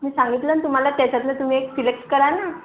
मी सांगितलं ना तुम्हाला त्याच्यातलं तुम्ही एक सिलेक्ट करा ना